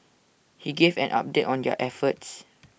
he gave an update on their efforts